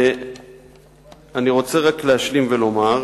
אני רוצה רק להשלים ולומר,